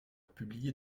publié